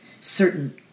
certain